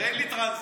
ואין לי טרנזיט,